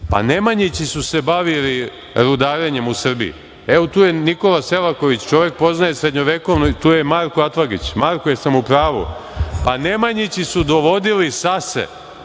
pa Nemanjići su se bavili rudarenjem u Srbiji. Evo, tu je Nikola Selaković, čovek poznaje srednjovekovnu istoriju, tu je Marko Atlagić. Marko, jel sam u pravu? Nemanjići su dovodili sase,